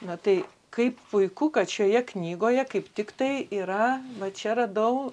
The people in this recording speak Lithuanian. na tai kaip puiku kad šioje knygoje kaip tiktai yra va čia radau